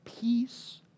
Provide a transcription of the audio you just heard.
peace